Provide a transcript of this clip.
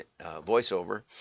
voiceover